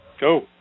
Go